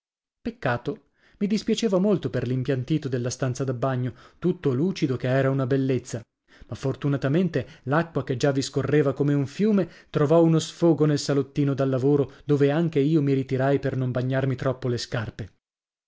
eccato i dispiaceva molto per l'impiantito della stanza da bagno tutto lucido che era una bellezza ma fortunatamente l'acqua che già vi scorreva come un fiume trovò uno sfogo nel salottino da lavoro dove anche io mi ritirai per non bagnarmi troppo le scarpe